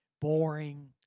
boring